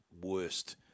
worst